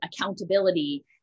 accountability